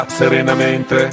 serenamente